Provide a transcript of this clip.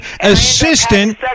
assistant